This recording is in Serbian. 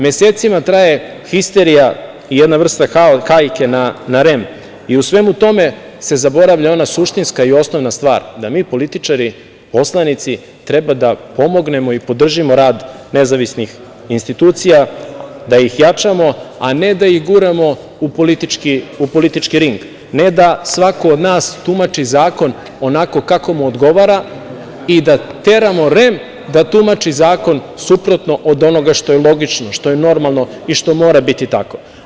Mesecima traje histerija i jedna vrsta hajke na REM i u svemu tome se zaboravlja ona suštinska i osnovna stvar, da mi političari, poslanici, treba da pomognemo i podržimo rad nezavisnih institucija, da ih jačamo a ne da ih guramo u politički ring, ne da svako od nas tumači zakon onako kako mu odgovara i da teramo REM da tumači zakon suprotno od onoga što je logično, što je normalno i što mora biti tako.